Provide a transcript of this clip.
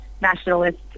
nationalist